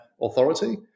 authority